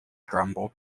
grumbled